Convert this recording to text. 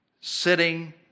sitting